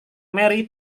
mary